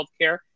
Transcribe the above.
healthcare